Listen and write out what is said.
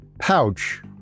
pouch